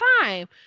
time